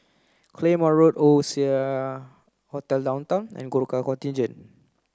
Claymore Road Oasia Hotel Downtown and Gurkha Contingent